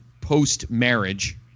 post-marriage –